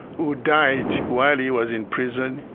who died while he was in prison,